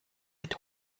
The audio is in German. mit